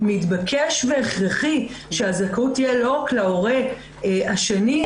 מתבקש והכרחי שהזכאות תהיה לא רק להורה השני,